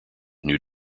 new